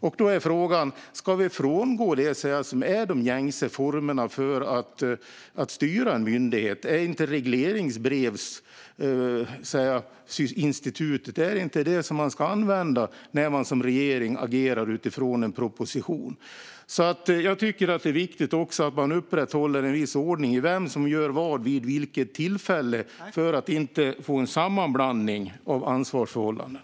Frågan är då: Ska vi frångå de gängse formerna för att styra en myndighet? Är det inte regleringsbrevsinstitutet man ska använda när man som regering agerar utifrån en proposition? Jag tycker att det är viktigt att man upprätthåller en viss ordning - vem som gör vad vid vilket tillfälle - för att inte få en sammanblandning av ansvarsförhållanden.